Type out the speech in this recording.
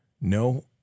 no